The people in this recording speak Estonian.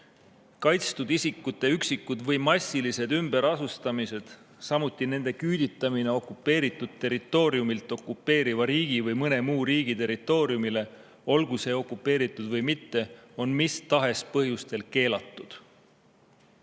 "Kaitstud isikute üksikud või massilised ümberasustamised, samuti nende küüditamine okupeeritud territooriumilt okupeeriva riigi või mõne muu riigi territooriumile, olgu see okupeeritud või mitte, on mis tahes põhjustel keelatud."